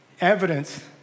Evidence